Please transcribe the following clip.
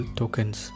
tokens